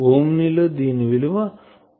omni లో దీని విలువ 1